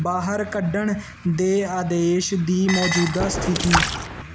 ਬਾਹਰ ਕੱਢਣ ਦੇ ਆਦੇਸ਼ ਦੀ ਮੌਜੂਦਾ ਸਥਿਤੀ